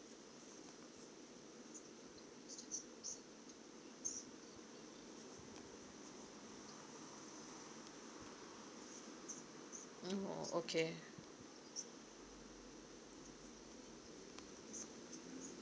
mm oh okay